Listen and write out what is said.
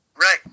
right